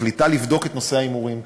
שתכליתה לבדוק את נושא ההימורים,